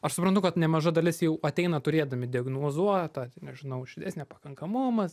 aš suprantu kad nemaža dalis jau ateina turėdami diagnozuotą nežinau širdies nepakankamumas